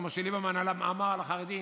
כמו שליברמן אמר על חרדים,